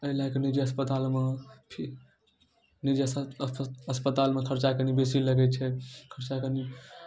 एहि लऽ कऽ निजी अस्पतालमे फि निजी अस्पतालमे खरचा कनि बेसी लगै छै खरचा कनि